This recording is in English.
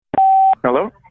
Hello